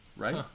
Right